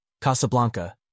Casablanca